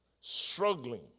struggling